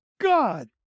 God